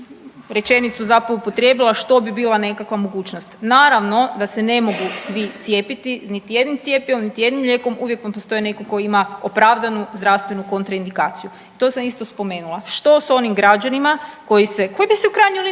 rečenicu zapravo upotrijebila što bi bila nekakva mogućnost. Naravno da se ne mogu svi cijepiti niti jednim cjepivom, niti jednim lijekom, uvijek vam postoji netko tko ima opravdanu zdravstvenu kontraindikaciju i to sam isto spomenula. Što s onim građanima koji se, koji